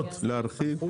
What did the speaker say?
להרחיב.